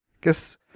guess